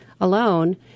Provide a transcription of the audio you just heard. alone